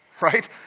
right